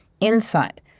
insight